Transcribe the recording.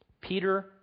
Peter